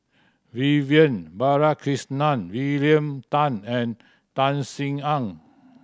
Vivian Balakrishnan William Tan and Tan Sin Aun